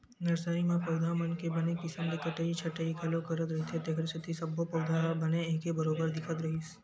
nursery म पउधा मन के बने किसम ले कटई छटई घलो करत रहिथे तेखरे सेती सब्बो पउधा ह बने एके बरोबर दिखत रिहिस हे